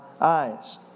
eyes